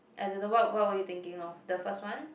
I don't know what what were you thinking of the first one